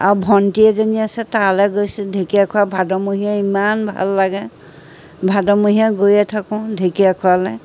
আৰু ভণ্টী এজনী আছে তালৈ গৈছোঁ ঢেকীয়াখোৱা ভাদমহীয়া ইমান ভাল লাগে ভাদমহীয়া গৈয়ে থাকোঁ ঢেকীয়াখোৱালৈ